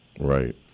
Right